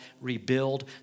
rebuild